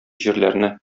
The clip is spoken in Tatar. җирләрне